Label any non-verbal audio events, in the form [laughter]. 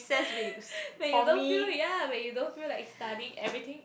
[breath] when you don't feel ya when you don't feel like studying everything